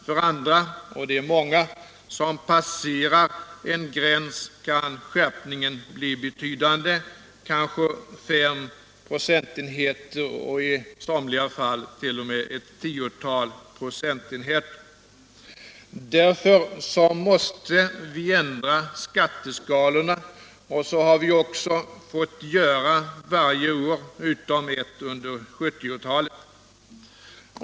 För andra, och det är många, som passerar en gräns kan skärpningen bli betydande, kanske fem procentenheter och i somliga fall t.o.m. ett tiotal procentenheter. Därför måste vi ändra skatteskalorna, och det har vi också fått göra varje år utom ett under 1970-talet.